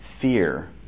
fear